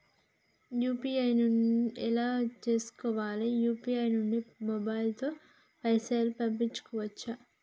UPI ను ఎలా చేస్కోవాలి యూ.పీ.ఐ నుండి మొబైల్ తో పైసల్ పంపుకోవచ్చా?